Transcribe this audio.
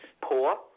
poor